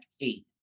eight